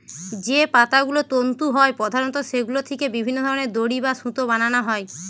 যে পাতাগুলো তন্তু হয় প্রধানত সেগুলো থিকে বিভিন্ন ধরনের দড়ি বা সুতো বানানা হয়